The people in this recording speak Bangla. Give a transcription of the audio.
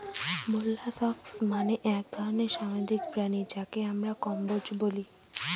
মোল্লাসকস মানে এক ধরনের সামুদ্রিক প্রাণী যাকে আমরা কম্বোজ বলি